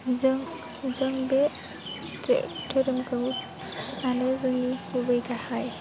जों जों बे थो धोरोमखौ मानि जोङो गुबै गाहाय